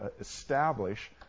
establish